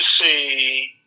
see